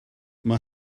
mae